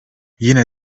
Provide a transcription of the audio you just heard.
yine